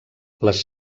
les